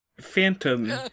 phantom